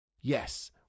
Yes